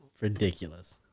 Ridiculous